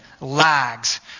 lags